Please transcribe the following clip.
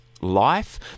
Life